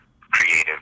creative